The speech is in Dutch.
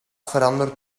veranderd